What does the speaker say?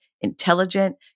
intelligent